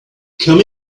come